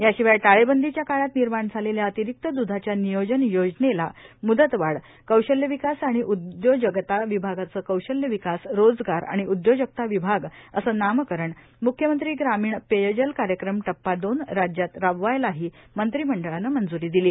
याशिवाय टाळेबंदीच्या काळात निर्माण झालेल्या अतिरिक्त द्धाच्या नियोजन योजनेला म्दतवाढ कौशल्यविकास आणि उद्योजगता विभागाचं कौशल्य विकास रोजगार आणि उद्योजगता विभाग असं नामकरण म्ख्यमंत्री ग्रामीण पेयजल कार्यक्रम टप्पा दोन राज्यात राबवायलाही मंत्रिमंडळानं मंज्री दिली